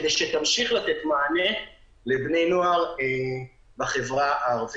כדי שתמשיך לתת מענה לבני נוער בחברה הערבית.